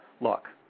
look